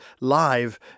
live